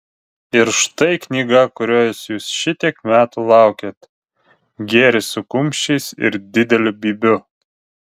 ir štai knyga kurios jūs šitiek metų laukėt gėris su kumščiais ir dideliu bybiu